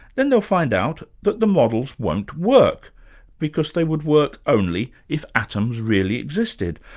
then they'll find out that the models won't work because they would work only if atoms really existed.